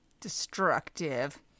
Destructive